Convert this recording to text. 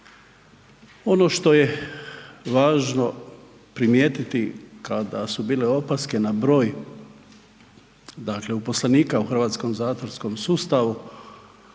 Ono što je važno primijetiti kada su bile opaske na broj dakle uposlenika u hrvatskom zatvorskom sustavu